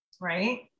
Right